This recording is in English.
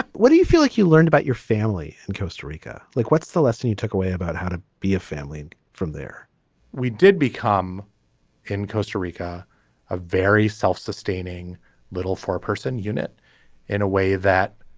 what do you feel like you learned about your family in costa rica. like what's the lesson you took away about how to be a family from there we did become in costa rica a very self-sustaining little four person unit in a way that